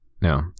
No